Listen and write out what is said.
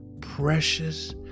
precious